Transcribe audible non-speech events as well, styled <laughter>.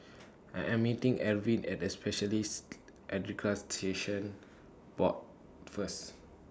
<noise> I Am meeting Arvin At Specialists <noise> Accreditation Board First